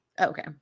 Okay